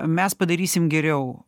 mes padarysim geriau